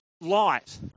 light